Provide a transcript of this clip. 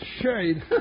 shade